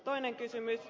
toinen kysymys